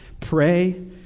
Pray